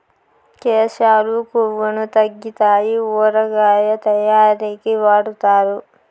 కేశాలు కొవ్వును తగ్గితాయి ఊరగాయ తయారీకి వాడుతారు